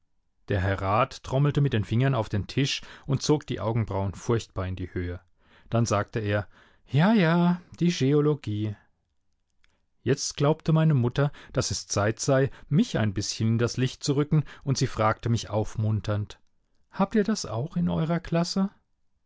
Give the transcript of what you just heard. der herr rat trommelte mit den fingern auf den tisch und zog die augenbrauen furchtbar in die höhe dann sagte er ja ja die scheologie jetzt glaubte meine mutter daß es zeit sei mich ein bißchen in das licht zu rücken und sie fragte mich aufmunternd habt ihr das auch in eurer klasse